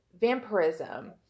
vampirism